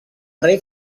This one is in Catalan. rei